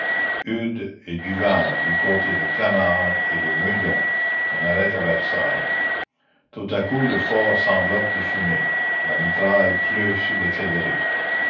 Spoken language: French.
eudes et duval du côté de clamart et de meudon on allait à versailles tout à coup le fort s'enveloppe de fumée la mitraille pleut sur les fédérés